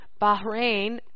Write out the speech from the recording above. Bahrain